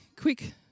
quick